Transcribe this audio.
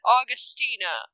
Augustina